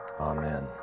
Amen